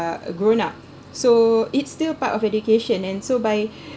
are grown up so it's still part of education and so by